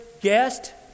guest